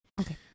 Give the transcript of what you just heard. Okay